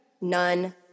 none